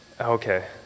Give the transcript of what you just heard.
okay